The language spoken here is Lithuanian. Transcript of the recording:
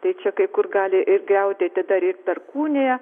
tai čia kai kur gali ir gaudyti dar ir perkūnija